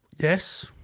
Yes